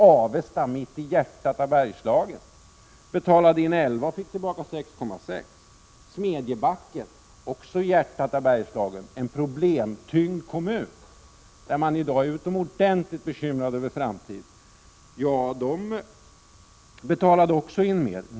Avesta, mitt i hjärtat av Bergslagen, betalade in 11 miljoner och fick tillbaka 6,6 miljoner. Smedjebacken, också i hjärtat av Bergslagen, som är en problemtyngd kommun och där man i dag är utomordentligt bekymrad över framtiden, betalade också in mer.